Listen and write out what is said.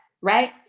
right